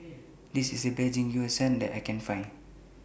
This IS The Best that I Can Find